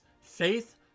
faith